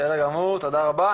תודה רבה.